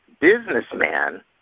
businessman